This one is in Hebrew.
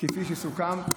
כפי שסוכם,